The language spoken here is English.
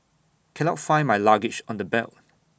cannot find my luggage on the belt